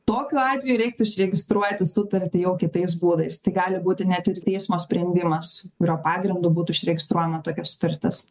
tokiu atveju reiktų užregistruoti sutartį jau kitais būdais tai gali būti net ir teismo sprendimas kurio pagrindu būtų išregistruojama tokia sutartis